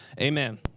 Amen